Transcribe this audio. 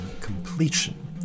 completion